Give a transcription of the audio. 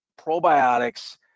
probiotics